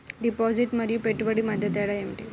Deposit మరియు పెట్టుబడి మధ్య తేడా ఏమిటి?